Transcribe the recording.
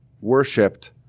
worshipped